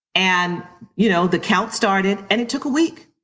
and you know the count started and it took a week.